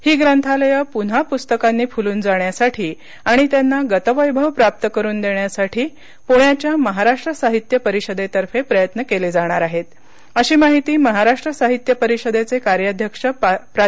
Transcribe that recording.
ही ग्रंथालये प्न्हा पुस्तकांनी फुल्रन जाण्यासाठी आणि त्यांना गतवैभव प्राप्त करून देण्यासाठी पुण्याच्या महाराष्ट्र साहित्य परिषदेतर्फे प्रयत्न केले जाणार आहेत अशी माहिती महाराष्ट्र साहित्य परिषदेचे कार्याध्यक्ष प्रा